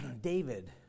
David